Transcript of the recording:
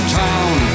town